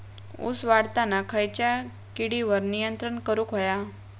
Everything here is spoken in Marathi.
ऊस वाढताना खयच्या किडींवर नियंत्रण करुक व्हया?